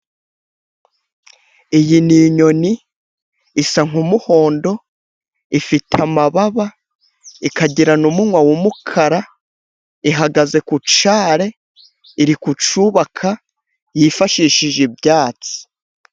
Iyi ni inyoni isa nk'umuhondo, ifite amababa ikagira n'umunwa w'umukara, ihagaze ku cyari iri ku cyubaka yifashishije ibyatsi.